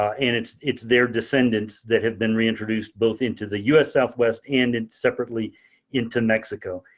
and it's it's their descendants that had been reintroduced both into the us southwest and in separately into mexico.